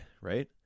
right